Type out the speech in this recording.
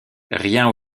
rien